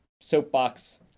soapbox